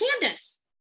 Candace